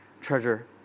treasure